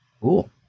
Cool